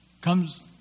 comes